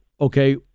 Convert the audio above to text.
okay